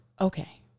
Okay